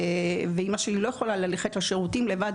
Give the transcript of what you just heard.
ואימא שלי לא יכולה ללכת לשירותים לבד,